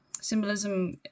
Symbolism